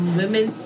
women